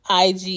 IG